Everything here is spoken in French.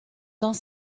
dans